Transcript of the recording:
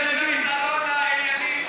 את מסי בכיס הקטן.